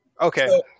Okay